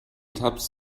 tabs